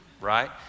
right